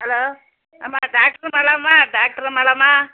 hello அம்மா doctor அம்மாலாம்மா doctor அம்மாலாம்மா